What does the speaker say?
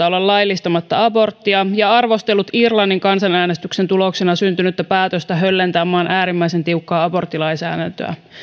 olla laillistamatta aborttia ja arvostellut irlannin kansanäänestyksen tuloksena syntynyttä päätöstä höllentää maan äärimmäisen tiukkaa aborttilainsäädäntöä